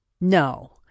No